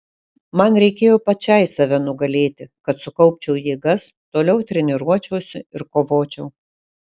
man reikėjo pačiai save nugalėti kad sukaupčiau jėgas toliau treniruočiausi ir kovočiau